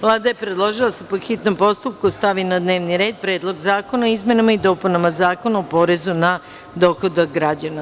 Vlada je predložila da se po hitnom postupku stavi na dnevni red – Predlog zakona o izmenama i dopunama Zakona o porezu na dohodak građana.